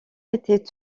étaient